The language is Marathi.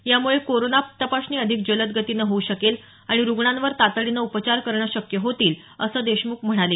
यामुळे करोना तपासणी अधिक जलद गतीनं होऊ शकेल आणि रुग्णांवर तातडीनं उपचार करणं शक्य होतील असं देशमुख म्हणाले